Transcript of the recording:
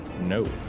No